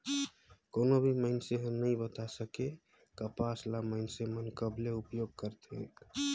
कोनो भी मइनसे हर नइ बता सके, कपसा ल मइनसे मन कब ले उपयोग करथे